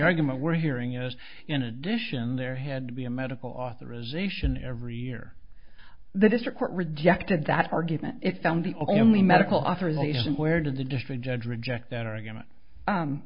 argument we're hearing is in addition there had to be a medical authorization every year the district court rejected that argument it found the only medical authorization where did the district judge reject that argument